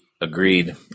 Agreed